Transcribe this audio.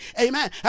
amen